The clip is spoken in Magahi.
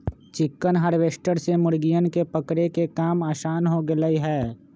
चिकन हार्वेस्टर से मुर्गियन के पकड़े के काम आसान हो गैले है